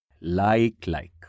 like-like